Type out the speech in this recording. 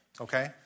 okay